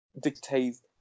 dictates